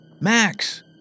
Max